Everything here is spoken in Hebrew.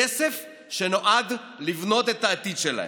כסף שנועד לבנות את העתיד שלהם.